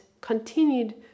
continued